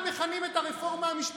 די להתבכיין.